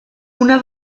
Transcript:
una